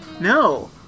no